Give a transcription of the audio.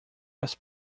was